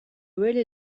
really